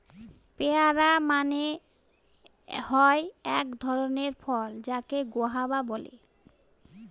পেয়ারা মানে হয় এক ধরণের ফল যাকে গুয়াভা বলে